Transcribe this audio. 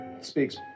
speaks